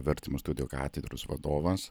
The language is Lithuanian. vertimų studijų katedros vadovas